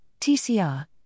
TCR